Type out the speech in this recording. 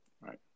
Right